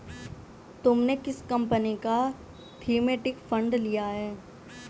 तुमने किस कंपनी का थीमेटिक फंड लिया है?